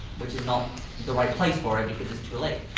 which is not the right place for it because it's too late.